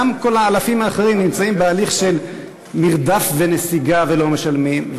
גם כל האלפים האחרים נמצאים בהליך של מרדף ונסיגה ולא משלמים,